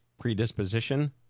Predisposition